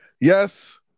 Yes